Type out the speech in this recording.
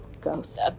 ghost